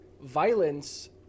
violence